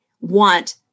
want